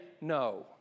no